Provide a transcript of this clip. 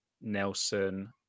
Nelson